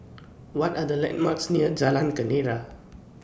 What Are The landmarks near Jalan Kenarah